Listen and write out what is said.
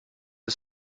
ist